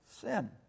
sin